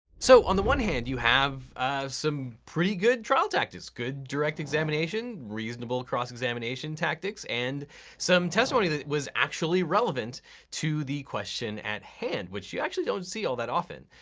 so on the one hand, you have some pretty good trial tactics good direct examination, reasonable cross examination tactics, and some testimony that was actually relevant to the question at hand, which you actually don't see all that often.